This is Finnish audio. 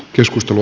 keskustelu